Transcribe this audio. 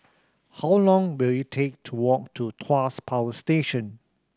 how long will it take to walk to Tuas Power Station